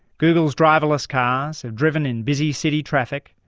google's driverless cars have driven in busy city traffic,